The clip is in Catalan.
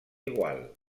gual